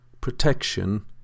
protection